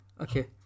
Okay